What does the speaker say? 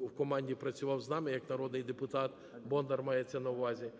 в команді працював з нами як народний депутат, Бондар мається на увазі.